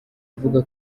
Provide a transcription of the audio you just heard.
avuga